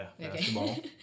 basketball